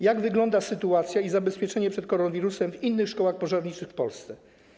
Jak wygląda sytuacja i zabezpieczenie przed koronawirusem w innych szkołach pożarniczych w Polsce?